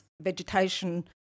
vegetation